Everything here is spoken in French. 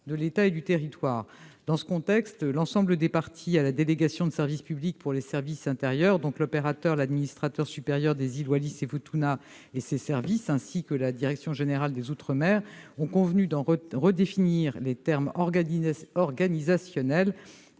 de l'État et du territoire. Dans ce contexte, l'ensemble des parties à la délégation de service public pour les services intérieurs- l'opérateur, l'administrateur supérieur de Wallis-et-Futuna et ses services, ainsi que la direction générale des outre-mer -sont convenus de redéfinir les termes organisationnels,